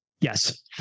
yes